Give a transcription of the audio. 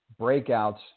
breakouts